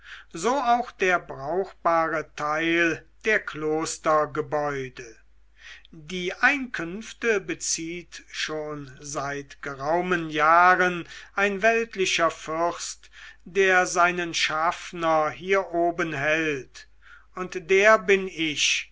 so auch der brauchbare teil der klostergebäude die einkünfte bezieht schon seit geraumen jahren ein weltlicher fürst der seinen schaffner hier oben hält und der bin ich